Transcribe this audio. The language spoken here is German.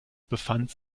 befand